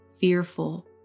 fearful